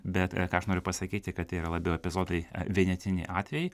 bet ką aš noriu pasakyti kad tai yra labiau epizodai e vienetiniai atvejai